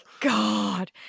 God